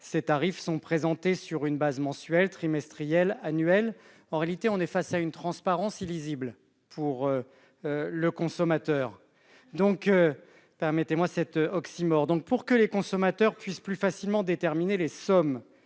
ces tarifs sont présentés sur une base mensuelle, trimestrielle ou annuelle. En réalité, on est face à une transparence illisible pour le consommateur, si vous me permettez cet oxymore. Pour que les consommateurs puissent plus facilement déterminer les sommes